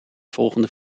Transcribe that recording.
volgende